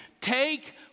Take